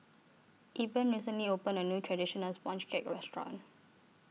Eben recently opened A New Traditional Sponge Cake Restaurant